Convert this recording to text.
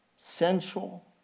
sensual